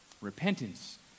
repentance